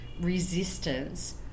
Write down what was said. resistance